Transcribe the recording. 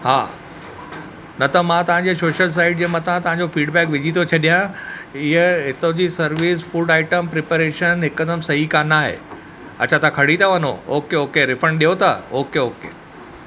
हा न त मां तव्हांजे सोशल साइट जे मथां तव्हांजो फीडबैक विझी थो छॾिया इहा हितो जी सर्विस फूड आइटम प्रिपेरेशन हिकदमि सही कान आहे अच्छा तव्हां खणी था वञो ओके ओके रिफंड ॾियो त ओके ओके